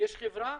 יש חברה,